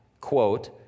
quote